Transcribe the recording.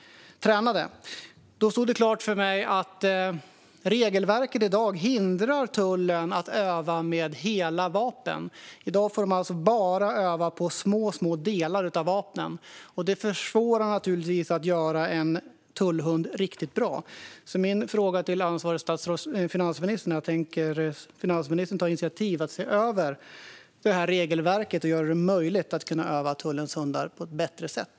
Då blev det klart för mig att regelverket i dag hindrar tullen att öva med hela vapen. I dag får de bara öva på små delar av vapnen. Detta gör det naturligtvis svårare att göra en tullhund riktigt bra. Tänker finansministern ta initiativ till att se över det här regelverket och göra det möjligt att öva tullens hundar på ett bättre sätt?